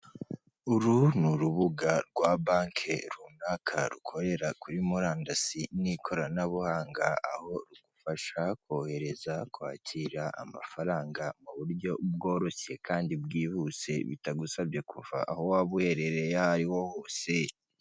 Uru ni urubuga rwa banki runaka rukorera kuri murandasi n'ikoranabuhanga aho rugufasha kohereza, kwakira amafaranga mu buryo bworoshye kandi bwihuse bitagusabye kuva aho waba uherereye aho ari ho hose.